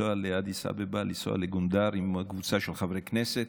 לנסוע לאדיס אבבה, עם קבוצה של חברי כנסת,